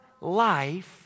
life